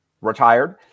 retired